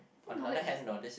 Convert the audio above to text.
I think knowledge is ne~